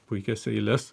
puikias eiles